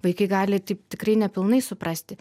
vaikai gali taip tikrai nepilnai suprasti